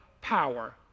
power